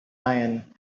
iron